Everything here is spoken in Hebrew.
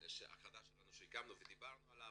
המידע החדש שהקמנו ודיברנו עליו,